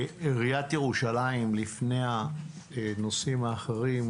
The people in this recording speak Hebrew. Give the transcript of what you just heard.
עיריית ירושלים לפני הנושאים האחרים,